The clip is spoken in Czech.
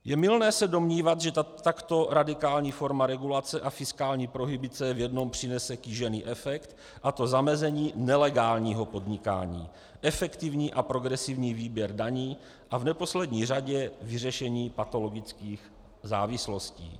Je mylné se domnívat, že takto radikální forma regulace a fiskální prohibice v jednom přinese kýžený efekt, a to zamezení nelegálního podnikání, efektivní a progresivní výběr daní a v neposlední řadě vyřešení patologických závislostí.